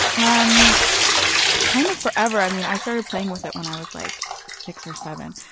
um kind of forever. i mean, i started playing with it when i was like six or seven,